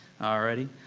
Alrighty